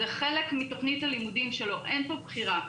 זה חלק מתוכנית הלימודים שלו, אין פה בחירה.